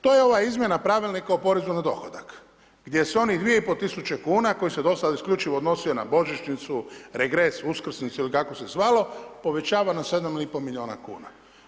To je ova izmjena pravilnika o porezu na dohodak, gdje su onih 2,5 tisuće kn, koji se do sada isključivo odnosio na božićnicu, regres, uskrsnicu ili kako se zvalo, povećava na 7,5 milijuna kn.